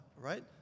right